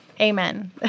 Amen